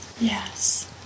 Yes